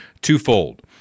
twofold